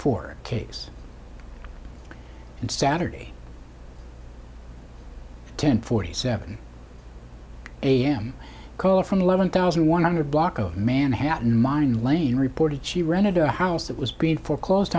for case and saturday ten forty seven am call from eleven thousand one hundred block of manhattan mine lane reported she rented a house that was being foreclosed